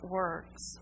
works